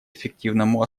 эффективному